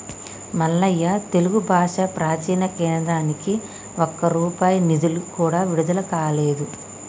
మల్లయ్య తెలుగు భాష ప్రాచీన కేంద్రానికి ఒక్క రూపాయి నిధులు కూడా విడుదల కాలేదు